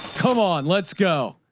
come on. let's go.